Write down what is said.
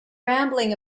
rambling